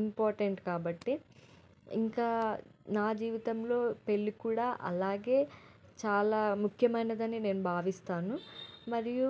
important కాబట్టి ఇంకా నా జీవితంలో పెళ్ళి కూడా అలాగే చాలా ముఖ్యమైనదని నేను భావిస్తాను మరియు